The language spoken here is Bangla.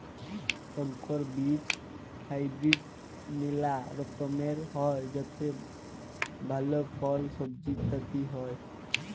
সংকর বীজ হাইব্রিড মেলা রকমের হ্যয় যাতে ভাল ফল, সবজি ইত্যাদি হ্য়য়